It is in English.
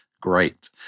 great